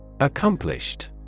Accomplished